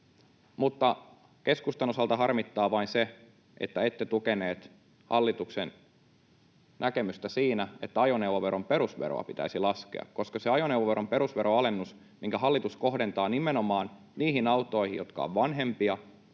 mutta keskustan osalta harmittaa vain se, että ette tukeneet hallituksen näkemystä siinä, että ajoneuvoveron perusveroa pitäisi laskea, koska se ajoneuvoveron perusveron alennus, minkä hallitus kohdentaa nimenomaan niihin autoihin, jotka ovat vanhempia,